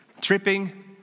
tripping